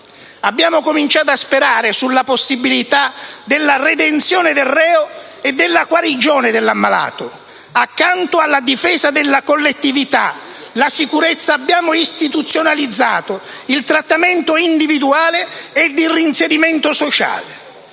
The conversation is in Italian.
Abbiamo cominciato a sperare sulla possibilità della redenzione del reo e della guarigione dell'ammalato. Accanto alla difesa della collettività, alla sicurezza, abbiamo istituzionalizzato il trattamento individuale e il reinserimento sociale.